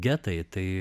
getai tai